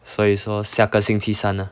所以说下个星期三呢